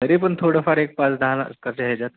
तरीपण थोडंफार एक पाच दहा लाखाच्या याच्यात